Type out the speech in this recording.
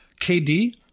KD